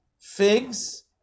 figs